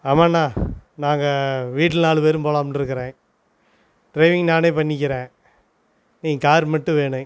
ஆமாண்ணா நாங்கள் வீட்டில் நாலு பேரும் போகலாமுன்ருக்குறேன் டிரைவிங் நானே பண்ணிக்கிறேன் நீங் காரு மட்டும் வேணும்